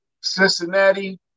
Cincinnati